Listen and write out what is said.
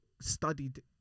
studied